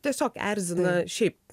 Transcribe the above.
tiesiog erzina šiaip